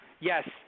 Yes